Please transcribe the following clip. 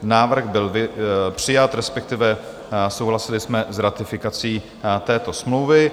Návrh by přijat, respektive souhlasili jsme s ratifikací této smlouvy.